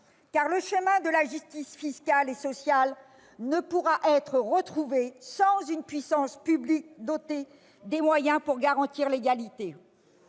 car le chemin de la justice fiscale et sociale ne pourra être retrouvé sans une puissance publique dotée des moyens de garantir l'égalité.